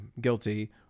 guilty